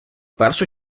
першу